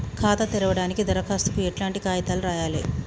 ఖాతా తెరవడానికి దరఖాస్తుకు ఎట్లాంటి కాయితాలు రాయాలే?